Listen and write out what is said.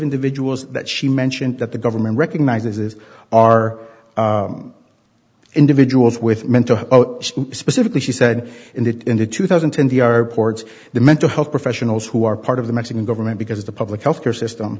individuals that she mentioned that the government recognizes are individuals with mental specifically she said in the in the two thousand and ten the our ports the mental health professionals who are part of the mexican government because the public health care system